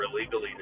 illegally